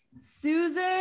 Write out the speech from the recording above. Susan